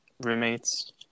roommates